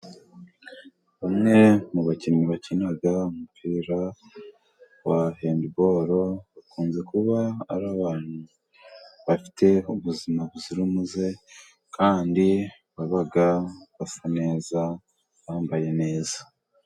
Bamwe mu bakinnyi bakina umupira wa hendibiro, bakunze kuba ari abantu bafite ubuzima buzira umuze, kandi baba basa neza bambaye neza.